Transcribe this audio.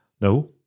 No